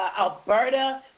Alberta